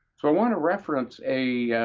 so i want to reference a